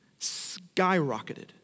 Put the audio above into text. skyrocketed